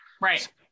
Right